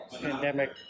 Pandemic